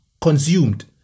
consumed